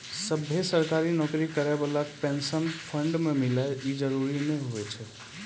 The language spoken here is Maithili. सभ्भे सरकारी नौकरी करै बाला के पेंशन फंड मिले इ जरुरी नै होय छै